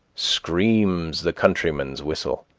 screams the countryman's whistle